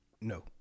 No